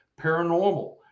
paranormal